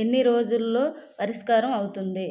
ఎన్ని రోజుల్లో పరిష్కారం అవుతుంది